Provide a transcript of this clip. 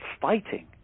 fighting